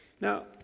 Now